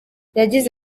yagize